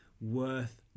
worth